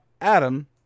Adam